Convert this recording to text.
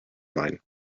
mine